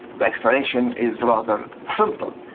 the explanation is rather simple.